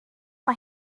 mae